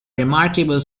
remarkable